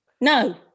no